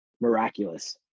miraculous